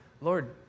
Lord